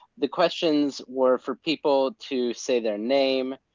the questions were for people to say their name,